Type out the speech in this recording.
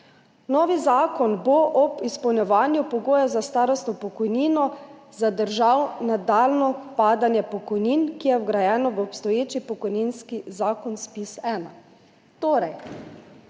»Novi zakon bo ob izpolnjevanju pogojev za starostno pokojnino zadržal nadaljnje padanje pokojnin, ki je vgrajeno v obstoječi pokojninski zakon ZPIZ-1.«